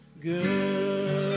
good